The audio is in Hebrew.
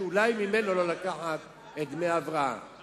אולי ממנו לא לקחת את דמי ההבראה,